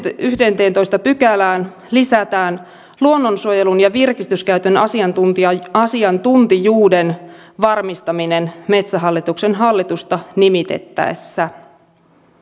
yhdenteentoista pykälään lisätään luonnonsuojelun ja virkistyskäytön asiantuntijuuden varmistaminen metsähallituksen hallitusta nimitettäessä